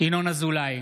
ינון אזולאי,